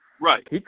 Right